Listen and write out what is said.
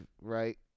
Right